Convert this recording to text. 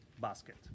basket